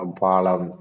palam